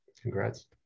Congrats